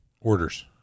Orders